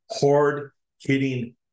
hard-hitting